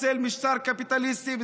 בצל משטר קפיטליסטי,